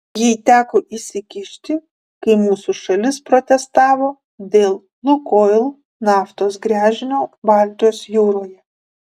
jai teko įsikišti kai mūsų šalis protestavo dėl lukoil naftos gręžinio baltijos jūroje